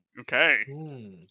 okay